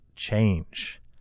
change